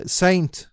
saint